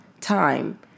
time